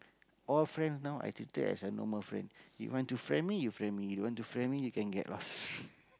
all friends now I treated as a normal friend you want to friend me you friend me you don't want to friend me you can get lost